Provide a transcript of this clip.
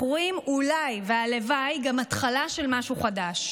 אנחנו רואים, אולי והלוואי, גם התחלה של משהו חדש,